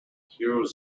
heroes